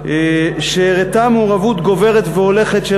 אשר הראתה מעורבות גוברת והולכת של